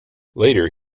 later